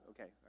Okay